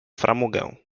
framugę